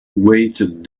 weighted